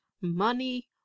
money